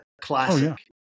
classic